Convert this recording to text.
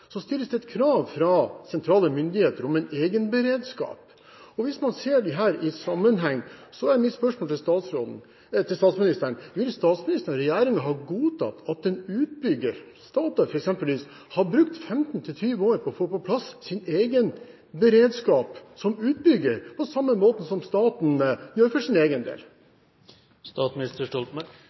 stilles det krav fra sentrale myndigheter om en egen beredskap. Hvis man ser dette i sammenheng, er mitt spørsmål til statsministeren: Ville statsministeren og regjeringen ha godtatt at en utbygger – Statoil, f.eks., – brukte 15–20 år på å få på plass sin egen beredskap som utbygger,